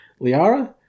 Liara